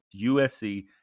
USC